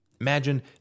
Imagine